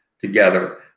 together